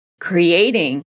creating